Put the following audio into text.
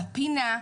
בפינה,